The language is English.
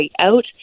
out